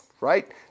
right